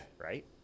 right